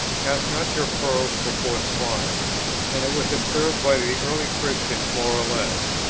cast not your pearls before swine and it was observed by the early christians more or less,